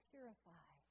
Purify